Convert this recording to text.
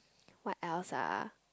what else ah